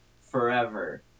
forever